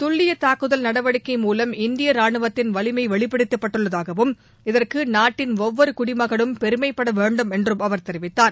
துல்லிய தாக்குதல் நடவடிக்கை மூலம் இந்திய ரானுவத்தின் வலிமை வெளிப்படுத்தப்பட்டுள்ளதாகவும் இதற்கு நாட்டின் ஒவ்வொரு குடிமகனும் பெருமைப்படவேண்டும் என்றும் அவர் தெரிவித்தார்